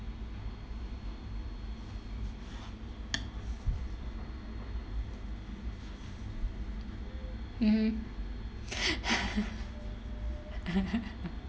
mmhmm